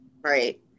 Right